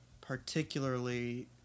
particularly